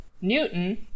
Newton